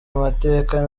amateka